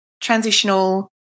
transitional